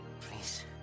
Please